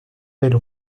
belle